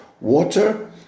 water